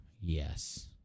yes